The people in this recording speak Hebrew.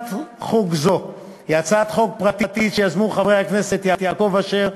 הצעת חוק זו היא הצעת חוק פרטית שיזמו חברי הכנסת יעקב אשר,